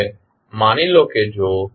હવે માની લો કે જો 12